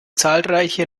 zahlreiche